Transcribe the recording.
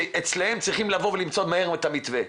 שאצלם צריכים לבוא למצוא מהר את המתווה.